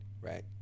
right